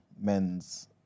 men's